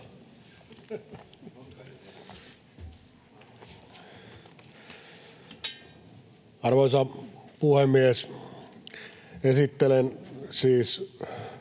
Arvoisa puhemies! Esittelen